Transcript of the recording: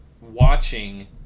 watching